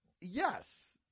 Yes